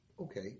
Okay